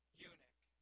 eunuch